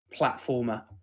platformer